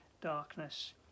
darkness